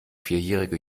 vierjährige